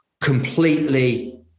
completely